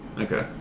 Okay